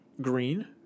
green